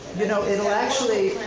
you know it'll actually,